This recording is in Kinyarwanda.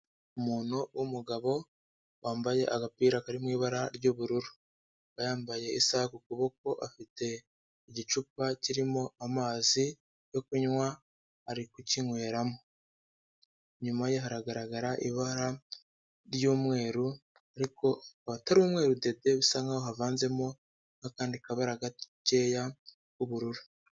Umuntu w'umugabo, wambaye agapira karimo ibara ry'ubururu. Yambaye isaha ku kuboko afite igicupa kirimo amazi yo kunywa ari kukinyweramo. Inyuma ye haragaragara ibara ry'umweru ariko atari umweru dede, bisa nkaho havanzemo nk'akandi kabara gakeya, k'ubururu.